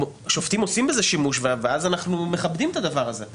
שופטים עושים בזה שימוש ואנחנו מכבדים את הדבר הזה.